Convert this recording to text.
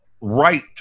right